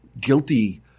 guilty